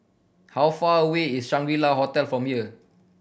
how far away is Shangri La Hotel from here